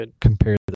compare